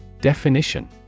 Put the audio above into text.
Definition